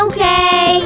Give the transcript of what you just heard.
Okay